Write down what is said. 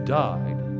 died